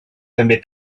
també